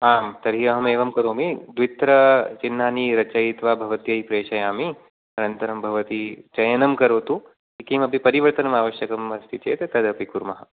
आं तर्हि अहम् एवं करोमि द्वित्रि चिह्नानि रचयित्वा भवत्यै प्रेषयामि अनन्तरं भवती चयनं करोतु किमपि परिवर्तनं आवश्यकं अस्ति चेत् तदपि कुर्मः